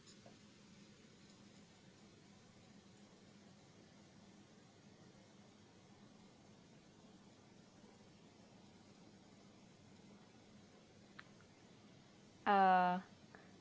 uh